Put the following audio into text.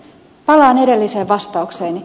palaan edelliseen vastaukseeni